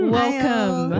welcome